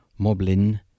Moblin